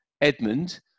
Edmund